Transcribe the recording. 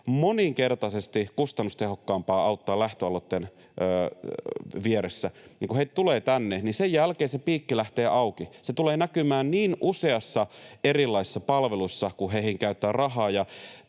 moninkertaisesti kustannustehokkaampaa auttaa lähtöalueitten vieressä — kun heitä tulee tänne, niin sen jälkeen se piikki lähtee auki. Se tulee näkymään niin useassa erilaisessa palvelussa, kun heihin käyttää rahaa,